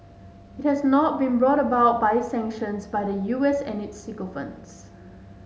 it has not been brought about by sanctions by the U S and its sycophants